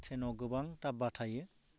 ट्रेनाव गोबां दाब्बा थायो